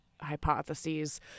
hypotheses